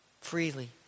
freely